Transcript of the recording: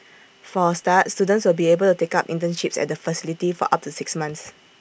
for A start students will be able to take up internships at the facility for up to six months